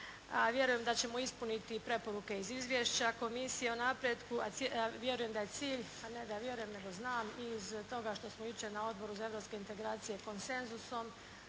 vjerujem da ćemo ispuniti i preporuke iz izvješća komisije o napretku, a vjerujem da je cilj, a ne da vjerujem nego znam i iz toga što smo jučer na Odboru za europske integracije konsenzusom